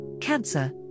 Cancer